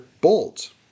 Bolt